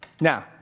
Now